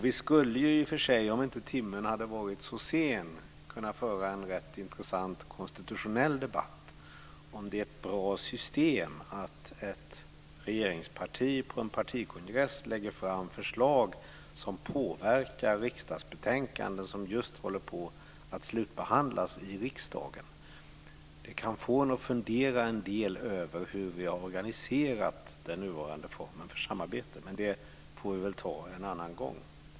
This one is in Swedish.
Vi skulle i och för sig kunna föra en intressant konstitutionell debatt, om inte timmen hade varit så sen, ifall det är ett bra system att ett regeringsparti på en partikongress lägger fram förslag som påverkar riksdagsbetänkanden som just håller på att slutbehandlas i riksdagen. Det kan få en att fundera en del över hur vi har organiserat den nuvarande formen för samarbete. Men det får vi ta en annan gång.